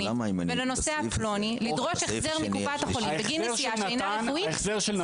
ולנוסע פלוני לדרוש החזר מקופת חולים בגין נסיעה שאינה רפואית?